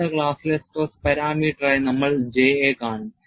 അടുത്ത ക്ലാസിലെ സ്ട്രെസ് പാരാമീറ്ററായി നമ്മൾ J യെ കാണും